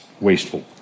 wasteful